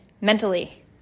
mentally